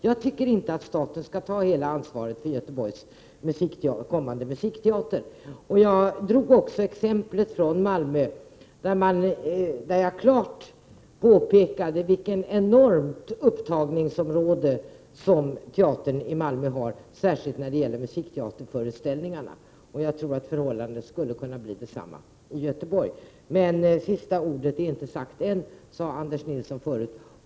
Jag tycker inte att staten skall ta hela ansvaret för Göteborgs kommande musikteater. I mitt exempel från Malmö påpekade jag vilket enormt upptagningsområde som teatern där har. Särskilt gäller det musikteaterföreställningarna. Jag tror att förhållandet skulle kunna bli detsamma i Göteborg. Sista ordet är ännu inte sagt, sade Anders Nilsson förut.